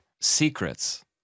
secrets